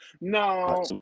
No